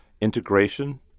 integration